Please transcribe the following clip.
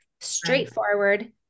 straightforward